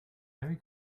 very